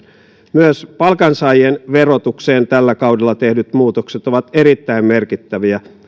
myös palkansaajien verotukseen tällä kaudella tehdyt muutokset ovat erittäin merkittäviä